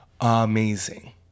amazing